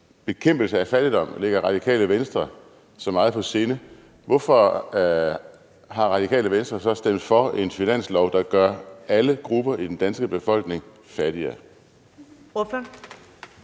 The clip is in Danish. bekæmpelse af fattigdom ligger Radikale Venstre så meget på sinde, hvorfor har Radikale Venstre så stemt for en finanslov, der gør alle grupper i den danske befolkning fattigere?